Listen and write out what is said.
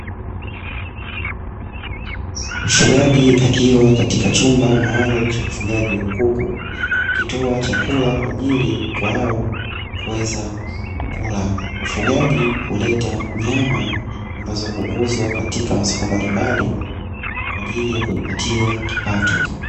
Mfugaji akiwa katika chumba maalumu cha ufugaji wa kuku, akitoa chakula kwa ajili ya kuku hao kuweza kula. Ufugaji huleta nyama ambazo huuzwa katika masoko mbalimbali kwa ajili ya kujipatia kipato.